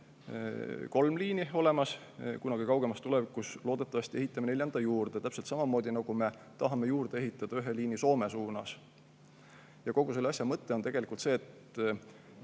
kolm liini, kunagi kaugemas tulevikus loodetavasti ehitame neljanda juurde, täpselt samamoodi, nagu me tahame juurde ehitada ühe liini Soome suunas. Kogu selle asja mõte on tegelikult see,